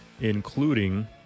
including